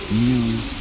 news